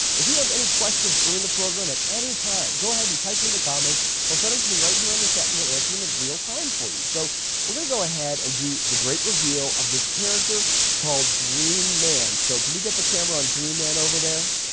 if you have any questions during the program at any time, go ahead and type them in the comments. they'll send um to me right here on the set and we'll answer them in real time for you. so we're going to ahead and do the great reveal of this character called green man. so can we get the camera on green man over there.